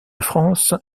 france